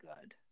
good